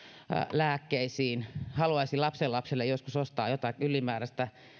lääkkeisiin haluaisi lapsenlapselle joskus ostaa jotain ylimääräistä